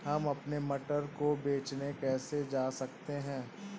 हम अपने मटर को बेचने कैसे जा सकते हैं?